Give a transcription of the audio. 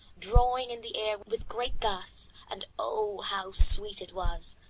drawing in the air with great gasps, and oh! how sweet it was.